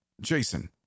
Jason